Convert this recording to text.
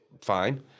fine